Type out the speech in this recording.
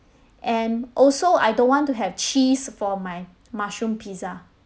and also I don't want to have cheese for my mushroom pizza